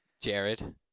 Jared